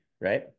right